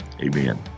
amen